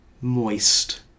moist